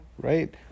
right